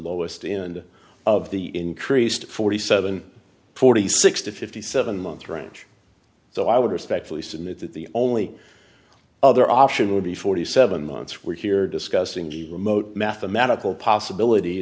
lowest end of the increased forty seven forty six to fifty seven month range so i would respectfully submit that the only other option would be forty seven months we're here discussing the remote mathematical possibility